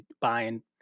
buying